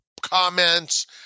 comments